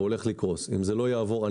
הוא הולך לקרוס אם זה לא יעבור.